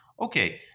Okay